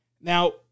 Now